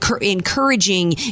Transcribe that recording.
encouraging